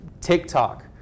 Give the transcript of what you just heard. TikTok